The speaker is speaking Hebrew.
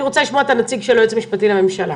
אני רוצה לשמוע את הנציג של היועץ המשפטי לממשלה.